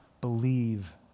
believe